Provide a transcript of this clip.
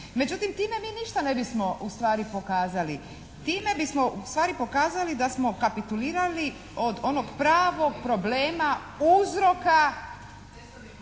Međutim, time mi ništa ne bismo ustvari pokazali. Time bismo ustvari pokazali da smo kapitulirali od onog pravog problema uzroka